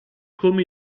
come